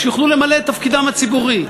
שיוכלו למלא את תפקידם הציבורי.